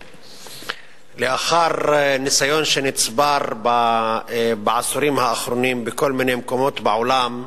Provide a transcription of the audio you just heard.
לאחר ניסיון שנצבר בעשורים האחרונים בכל מיני מקומות בעולם,